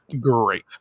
great